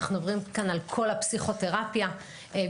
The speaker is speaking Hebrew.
אנחנו מדברים כאן על כל הפסיכותרפיה בכלל